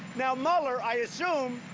now, mueller, i assume,